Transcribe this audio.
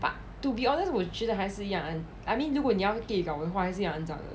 but to be honest 我觉得还是一样 I mean 如果你要 gehgao 的话你还是一样肮脏的